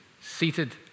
seated